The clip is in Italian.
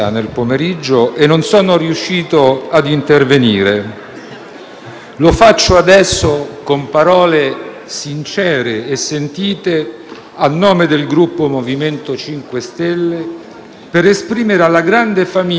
Lo faccio adesso con parole sincere e sentite, a nome del Gruppo MoVimento 5 Stelle, per esprimere alla grande famiglia di Radio Radicale il nostro cordoglio